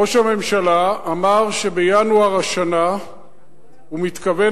ראש הממשלה אמר שבינואר השנה הוא מתכוון